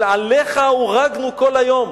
של "עליך הרגנו כל היום",